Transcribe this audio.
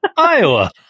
Iowa